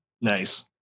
nice